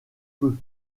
feu